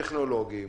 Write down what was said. טכנולוגיים,